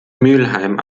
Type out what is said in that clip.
mülheim